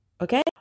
okay